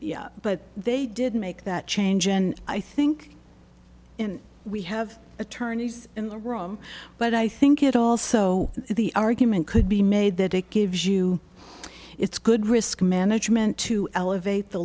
right but they didn't make that change and i think we have attorneys in the room but i think it also the argument could be made that it gives you it's good risk management to elevate the